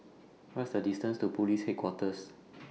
What IS The distance to Police Headquarters